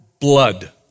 blood